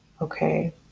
okay